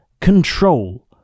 control